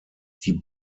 die